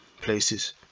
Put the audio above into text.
places